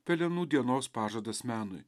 pelenų dienos pažadas menui